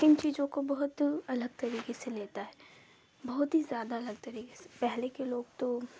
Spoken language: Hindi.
इन चीजों को बहुत अलग तरीके से लेता है बहुत ही जादा अलग तरीके से पहले के लोग तो